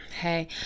hey